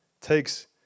takes